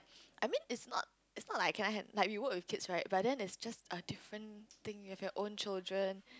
I mean it's not it's not like I cannot hand~ like if you work with kids right but then there's just like a different thing with your own children